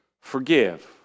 Forgive